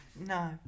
No